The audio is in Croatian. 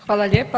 Hvala lijepa.